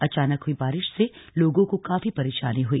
अचानक हुई बारिश से लोगों को काफी परेशानी हुई